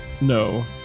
no